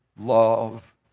love